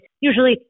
usually